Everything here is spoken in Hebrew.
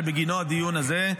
שבגינו הדיון הזה,